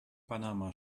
panama